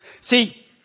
See